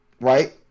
right